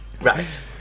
Right